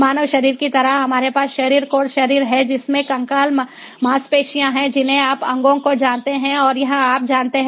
मानव शरीर की तरह हमारे पास शरीर कोड शरीर है जिसमें कंकाल मांसपेशियां हैं जिन्हें आप अंगों को जानते हैं और यह आप जानते हैं